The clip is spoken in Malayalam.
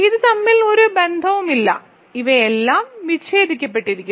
ഇത് തമ്മിൽ ഒരു ബന്ധവുമില്ല ഇവയെല്ലാം വിച്ഛേദിക്കപ്പെട്ടിരിക്കുന്നു